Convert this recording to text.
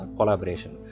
collaboration